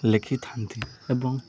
ଲେଖିଥାନ୍ତି ଏବଂ